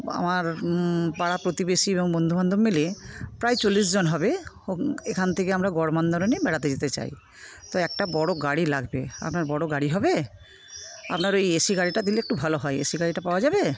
আমার পাড়া প্রতিবেশী এবং বন্ধুবান্ধব মিলে প্রায় চল্লিশজন হবে এখান থেকে আমরা গড়মন্দারণে বেড়াতে যেতে চাই তো একটা বড়ো গাড়ি লাগবে আপনার বড়ো গাড়ি হবে আপনার ওই এসি গাড়িটা দিলে একটু ভালো হয় এসি গাড়িটা পাওয়া যাবে